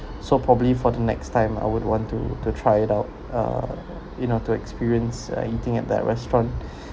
so probably for the next time I would want to to try it out uh you know to experience uh eating at that restaurant